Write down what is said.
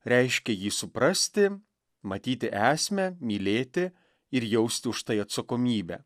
reiškia jį suprasti matyti esmę mylėti ir jausti už tai atsakomybę